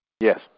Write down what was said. Yes